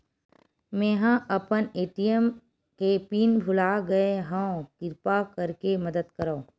मेंहा अपन ए.टी.एम के पिन भुला गए हव, किरपा करके मदद करव